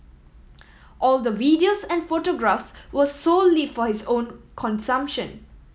all the videos and photographs were solely for his own consumption